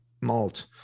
malt